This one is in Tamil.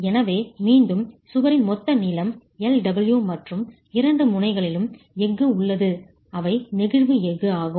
எனவே மீண்டும் சுவரின் மொத்த நீளம் lw மற்றும் இரண்டு முனைகளிலும் எஃகு உள்ளது அவை நெகிழ்வு எஃகு ஆகும்